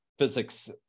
Physics